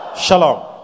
Shalom